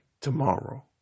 tomorrow